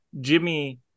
Jimmy